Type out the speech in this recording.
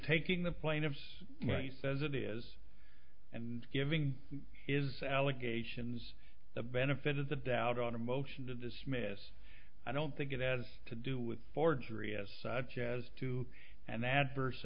taking the plaintiff's case as it is and giving is allegations the benefit of the doubt on a motion to dismiss i don't think it has to do with forgery as such as to and the adverse